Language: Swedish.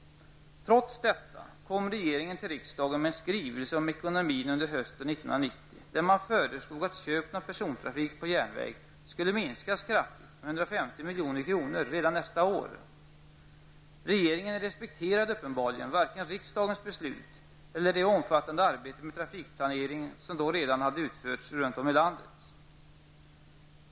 Trots detta kom regeringen till riksdagen med en skrivelse om ekonomin under hösten 1990, där man föreslog att köpen av persontrafik på järnväg skulle minskas kraftigt, med 150 milj.kr., redan nästa år. Regeringen respekterade uppenbarligen varken riksdagens beslut eller det omfattande arbete med trafikplanering som då redan hade utförts runt om i landet.